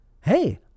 Hey